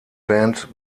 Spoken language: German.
band